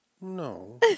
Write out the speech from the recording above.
No